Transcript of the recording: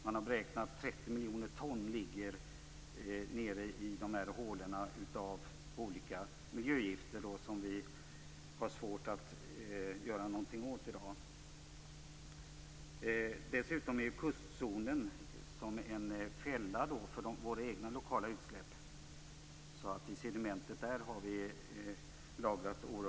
Man har beräknat att det nere i hålorna ligger 30 miljoner ton av olika miljögifter som vi i dag har svårt att göra någonting åt. För det andra fungerar kustzonen som en fälla för våra egna lokala utsläpp. Vi har i sedimentet där lagrat många olika former av gifter.